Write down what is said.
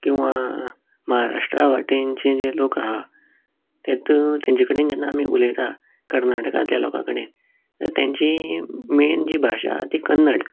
किंवां महाराष्ट्रा वाटेनचें जे लोक आहा तें तूं तेंचे कडेन जेन्ना आमी उलयतात कर्नाटकांतल्या लोकां कडेन जाल्यार तेंची मेन जी भाशा आहा ती कन्नड